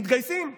מתגייסים מייד.